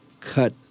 cut